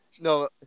No